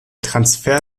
transfer